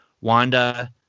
Wanda